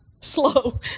Slow